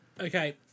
Okay